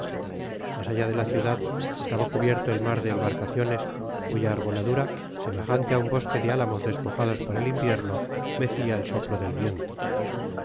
mas allá de la ciudad estaba cubierto el mar de embarcado nes cuya arboladura semejante á un bosque de álamos despojados por el invierno mecia el soplo del viento